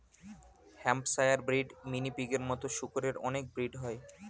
Hampshire breed, mini পিগের মতো শুকরের অনেক ব্রিড হয়